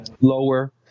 lower